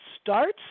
starts